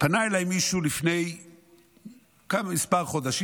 פנה אליי מישהו לפני כמה חודשים,